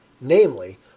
namely